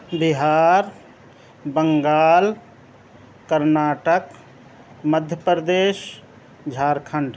Bihar Bengal Karnataka Madhya Pradesh Jharkhand